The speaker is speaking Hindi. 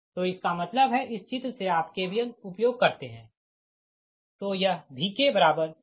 तो इसका मतलब है इस चित्र से आप KVL उपयोग करते है